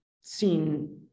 seen